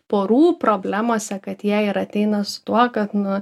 porų problemose kad jie ir ateina su tuo kad nu